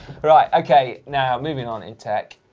right, okay, now moving on in tech,